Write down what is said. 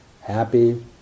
happy